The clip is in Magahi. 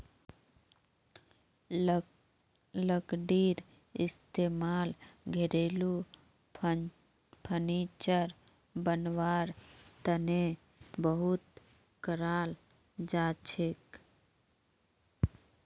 लकड़ीर इस्तेमाल घरेलू फर्नीचर बनव्वार तने बहुत कराल जाछेक